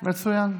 מוסכם?